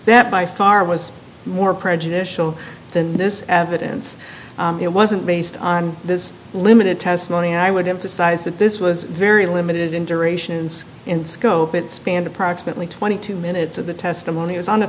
that by far was more prejudicial than this evidence it wasn't based on this limited testimony i would emphasize that this was very limited in duration and in scope it spanned approximately twenty two minutes of the testimony was on the